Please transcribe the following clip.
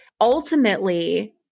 ultimately –